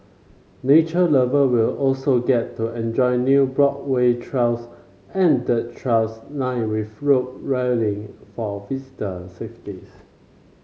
nature lover will also get to enjoy new boardwalk trails and dirt trails lined with roll railing for visitor safeties